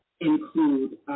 include